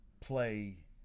play